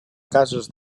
cases